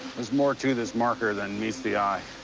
there's more to this marker than meets the eye.